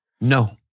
No